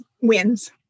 wins